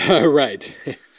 Right